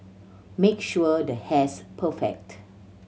make sure the hair's perfect